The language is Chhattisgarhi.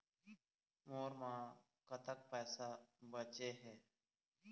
मोर म कतक पैसा बचे हे?